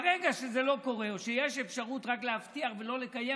ברגע שזה לא קורה או שיש אפשרות רק להבטיח ולא לקיים,